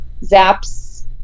Zaps